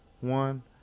one